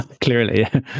Clearly